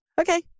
Okay